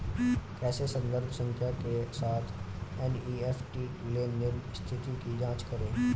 कैसे संदर्भ संख्या के साथ एन.ई.एफ.टी लेनदेन स्थिति की जांच करें?